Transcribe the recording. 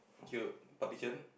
here partition